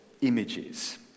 images